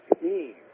team